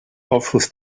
aufschluss